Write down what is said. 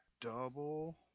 double